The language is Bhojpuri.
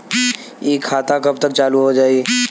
इ खाता कब तक चालू हो जाई?